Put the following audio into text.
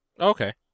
Okay